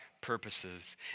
purposes